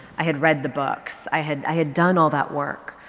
i had read the books. i had i had done all that work.